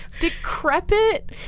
decrepit